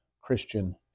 Christian